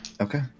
Okay